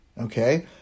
okay